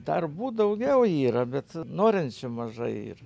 darbų daugiau yra bet norinčių mažai yr